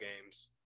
games